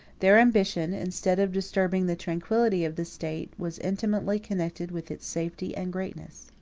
their ambition, instead of disturbing the tranquillity of the state, was intimately connected with its safety and greatness.